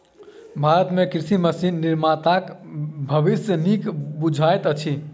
भारत मे कृषि मशीन निर्माताक भविष्य नीक बुझाइत अछि